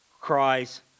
cries